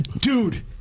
Dude